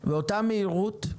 באותה מהירות,